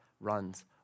runs